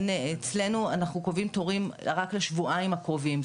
אצלנו אנחנו קובעים תורים רק לשבועיים הקרובים.